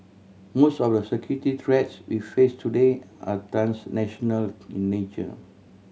most of the security threats we face today are transnational in nature